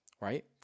right